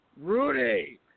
Rudy